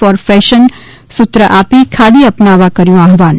four fashion સૂત્ર આપી ખાદી અપનાવવા કર્યું આહ્વાહન